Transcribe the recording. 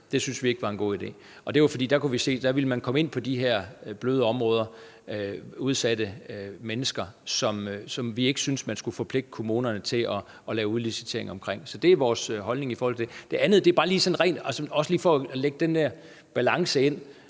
det var, fordi vi kunne se, at man ville komme ind på de her bløde områder, altså udsatte mennesker, som vi ikke syntes man skulle forpligte kommunerne til at lave udlicitering på. Så det er vores holdning i forhold til det. Det andet er, for lige også at lægge den der balance ind,